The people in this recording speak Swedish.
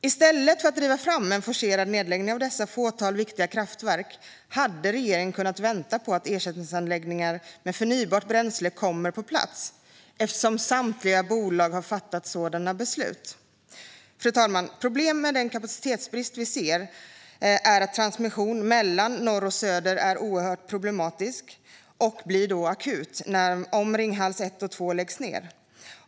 I stället för att driva fram en forcerad nedläggning av dessa få viktiga kraftverk hade regeringen kunnat vänta på att ersättningsanläggningar med förnybart bränsle hade kommit på plats, eftersom samtliga bolag har fattat sådana beslut. Fru talman! Problemet med den kapacitetsbrist vi ser är att transmissionen mellan norr och söder är oerhört problematisk och att det blir akut om Ringhals 1 och 2 läggs ned.